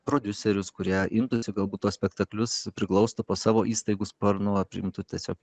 prodiuserius kurie imtųsi galbūt tuos spektaklius priglausti po savo įstaigų sparnu ar priimtų tiesiog